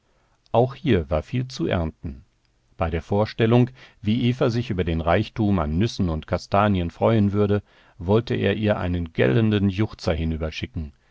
auch hier war viel zu ernten bei der vorstellung wie eva sich über den reichtum an nüssen und kastanien freuen würde wollte er ihr einen gellenden juchzer